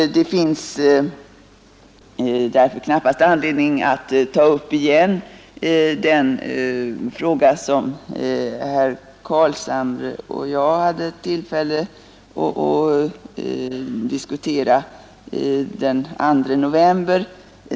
Det finns därför knappast anledning att åter ta upp en fråga som herr Carlshamre och jag hade tillfälle att diskutera den 2 november.